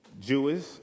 Jewish